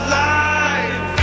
life